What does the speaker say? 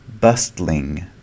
bustling